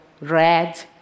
red